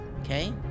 Okay